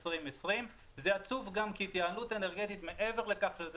2020. זה עצוב גם כי התייעלות אנרגטית מעבר לכך שזה